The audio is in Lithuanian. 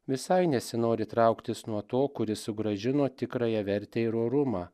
visai nesinori trauktis nuo to kuris sugrąžino tikrąją vertę ir orumą